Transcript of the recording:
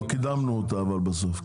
לא קידמנו אותה בסוף.